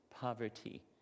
poverty